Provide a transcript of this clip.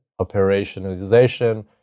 operationalization